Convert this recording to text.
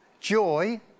joy